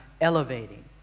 elevating